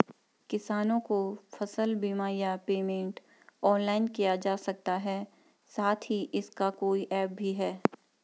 किसानों को फसल बीमा या पेमेंट ऑनलाइन किया जा सकता है साथ ही इसका कोई ऐप भी है?